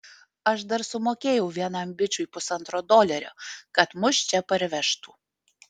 aš dar sumokėjau vienam bičui pusantro dolerio kad mus čia parvežtų